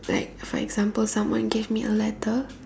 like for example someone gave me a letter